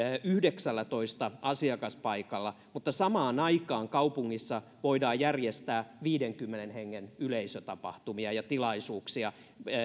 yhdeksällätoista asiakaspaikalla mutta samaan aikaan kaupungissa voidaan järjestää viidenkymmenen hengen yleisötapahtumia ja tilaisuuksia